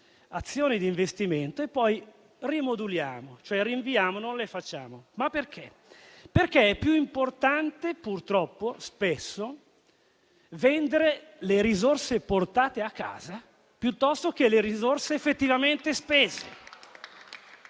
azioni di investimento e poi rimoduliamo, cioè rinviamo e non le facciamo. Perché? Perché spesso è più importante, purtroppo, vendere le risorse portate a casa piuttosto che le risorse effettivamente spese.